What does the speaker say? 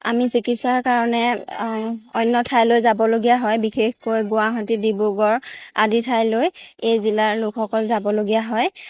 আমি চিকিৎসাৰ কাৰণে অন্য ঠাইলৈ যাবলগীয়া হয় বিশেষকৈ গুৱাহাটী ডিব্ৰুগড় আদি ঠাইলৈ এই জিলাৰ লোকসকল যাবলগীয়া হয়